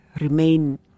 remain